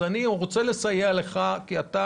אז אני רוצה לסייע לך כי אתה,